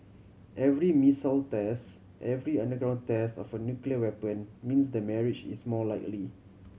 every missile test every underground test of a nuclear weapon means the marriage is more likely